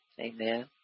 Amen